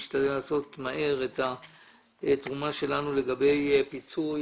נשתדל לעשות מהר את התרומה שלנו לגבי פיצוי